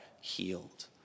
healed